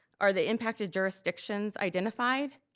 are the impacted jurisdictions identified?